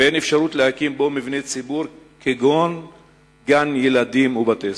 ואין אפשרות להקים בו מבני ציבור כגון גן-ילדים ובתי-ספר.